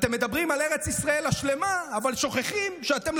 אתם מדברים על ארץ ישראל השלמה אבל שוכחים שאתם,